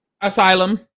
Asylum